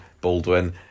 Baldwin